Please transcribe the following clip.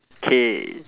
K